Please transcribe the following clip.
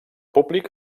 públic